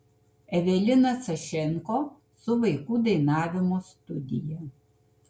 evelina sašenko su vaikų dainavimo studija